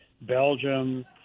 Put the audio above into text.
Belgium